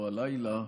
או הלילה,